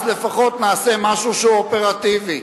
אז לפחות נעשה משהו שהוא אופרטיבי.